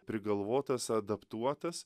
prigalvotas adaptuotas